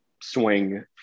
swing